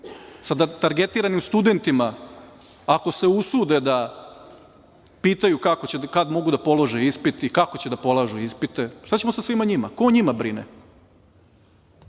sa targetiranim studentima ako se usude da pitaju kada mogu da polože ispite, kako će da polažu ispite, šta ćemo sa svima njima? Ko o njima brine? Ne